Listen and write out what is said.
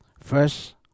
First